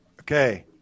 Okay